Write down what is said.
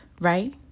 right